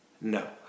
No